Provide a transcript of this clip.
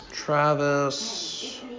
Travis